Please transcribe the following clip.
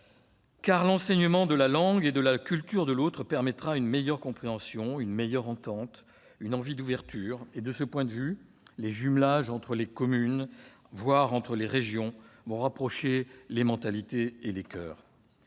: l'enseignement de la langue et de la culture de l'autre est vecteur d'une meilleure compréhension et d'une meilleure entente, d'une envie d'ouverture. Les jumelages entre les communes, voire entre les régions, rapprochent les mentalités et les coeurs.